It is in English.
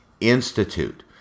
Institute